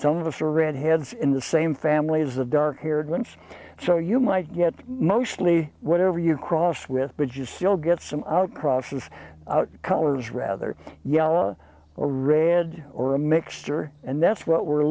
some of us are redheads in the same family as the dark haired ones so you might get mostly whatever you cross with but you still get some outcrops of colors rather yellow or red or a mixture and that's what we're